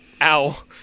ow